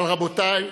אבל רבותיי,